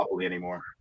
anymore